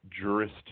jurist